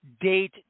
date